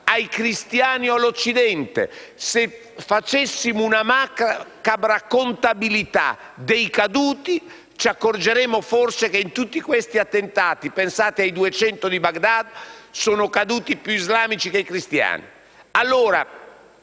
ai cristiani o all'Occidente. Se facessimo una macabra contabilità dei caduti, ci accorgeremmo forse che in tutti questi attentati, pensate ai duecento morti di Baghdad, sono caduti più islamici che cristiani.